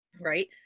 Right